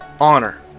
honor